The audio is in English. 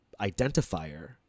identifier